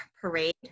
parade